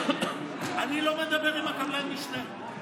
אני לא מדבר עם קבלן המשנה,